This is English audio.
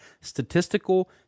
statistical